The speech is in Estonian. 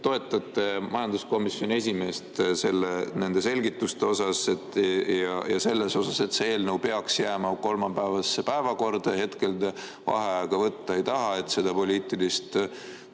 toetate majanduskomisjoni esimeest nende selgituste osas ja selles osas, et see eelnõu peaks jääma kolmapäevasesse päevakorda. Hetkel te ei taha võtta vaheaega, et seda poliitilist